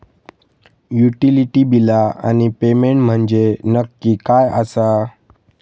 Utility बिला आणि payment म्हंजे नक्की काय आसा?